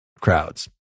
crowds